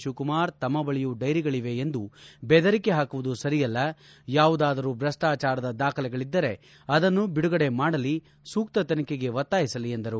ಶಿವಕುಮಾರ್ ತಮ್ಮ ಬಳಿಯೂ ಡೈರಿಗಳವೆ ಎಂದು ಬೆದರಿಕೆ ಹಾಕುವುದು ಸರಿಯಲ್ಲ ಯಾವುದಾದರೂ ಭ್ರಷ್ನಾಚಾರದ ದಾಖಲೆಗಳದ್ದರೆ ಅದನ್ನು ಬಿಡುಗಡೆ ಮಾಡಲಿ ಸೂಕ್ತ ತನಿಖೆಗೆ ಒತ್ತಾಯಿಸಲಿ ಎಂದರು